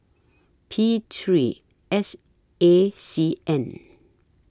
P three S A C N